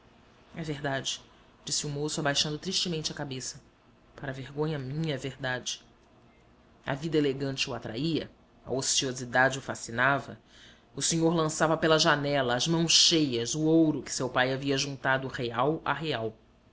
é verdade disse o moço abaixando tristemente a cabeça para vergonha minha é verdade a vida elegante o atraía a ociosidade o fascinava o senhor lançava pela janela às mãos cheias o ouro que seu pai havia ajuntado real a real